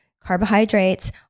Carbohydrates